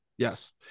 yes